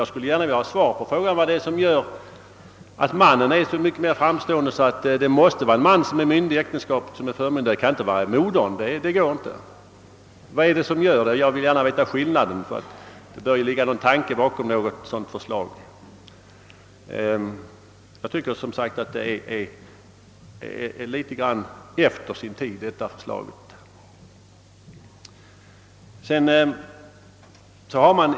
Jag skulle gärna vilja ha svar på frågan vad det är som gör att mannen är så mycket mera framstående att det måste vara mannen som skall vara myndig och förmyndare för barnen och att det inte kan vara modern. Det bör ju ligga någon tanke bakom ett sådant förslag. Jag tycker att detta förslag är ett uttryck för att man är litet efter sin tid.